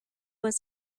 was